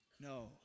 No